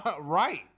Right